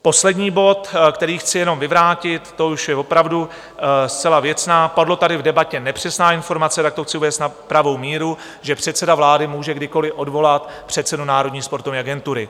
Poslední bod, který chci jenom vyvrátit, to už je opravdu zcela věcná, padla tady v debatě nepřesná informace, tak to chci uvést na pravou míru, že předseda vlády může kdykoliv odvolat předsedu Národní sportovní agentury.